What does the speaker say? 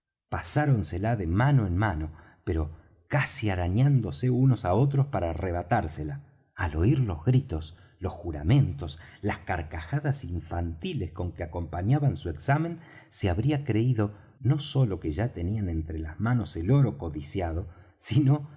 ratón pasáronsela de mano en mano pero casi arañándose unos á otros para arrebatársela al oir los gritos los juramentos las carcajadas infantiles con que acompañaban su examen se habría creído no sólo que ya tenían entre las manos el oro codiciado sino